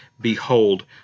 Behold